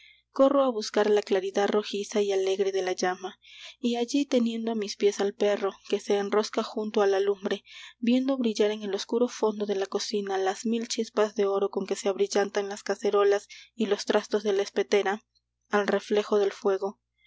corro á buscar la claridad rojiza y alegre de la llama y allí teniendo á mis pies al perro que se enrosca junto á la lumbre viendo brillar en el oscuro fondo de la cocina las mil chispas de oro con que se abrillantan las cacerolas y los trastos de la espetera al reflejo del fuego